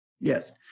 Yes